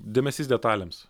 dėmesys detalėms